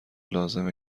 لازمه